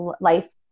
life